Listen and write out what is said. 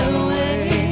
away